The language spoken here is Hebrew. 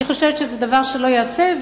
אני חושבת שזה דבר שלא ייעשה.